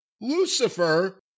Lucifer